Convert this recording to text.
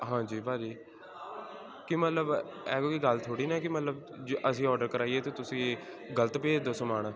ਹਾਂਜੀ ਭਾਅ ਜੀ ਕੀ ਮਤਲਬ ਐਵੇਂ ਵੀ ਗੱਲ ਥੋੜ੍ਹੀ ਨਾ ਕਿ ਮਤਲਬ ਅਸੀਂ ਔਡਰ ਕਰਾਈਏ ਅਤੇ ਤੁਸੀਂ ਗਲਤ ਭੇਜ ਦਿਓ ਸਮਾਨ